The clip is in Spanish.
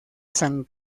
san